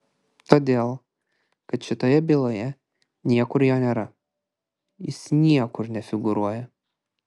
todėl kad šitoje byloje niekur jo nėra jis niekur nefigūruoja